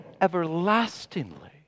everlastingly